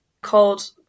called